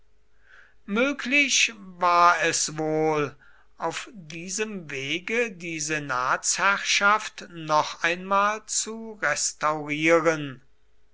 möglich war es wohl auf diesem wege die senatsherrschaft noch einmal zu